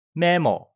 memo